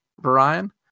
Brian